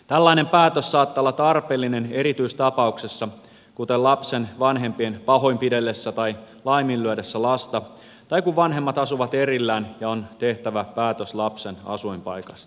tällainen päätös saattaa olla tarpeellinen erityistapauksessa kuten lapsen vanhempien pahoinpidellessä tai laiminlyödessä lasta tai kun vanhemmat asuvat erillään ja on tehtävä päätös lapsen asuinpaikasta